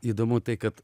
įdomu tai kad